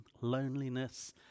loneliness